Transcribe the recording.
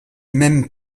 même